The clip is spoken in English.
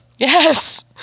Yes